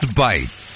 bite